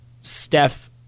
Steph